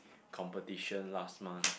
competition last month